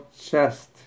chest